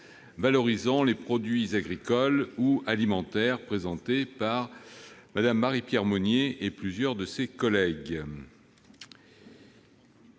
valorisant les produits agricoles ou alimentaires, présentée par Mme Marie-Pierre Monier et plusieurs de ses collègues